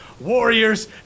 Warriors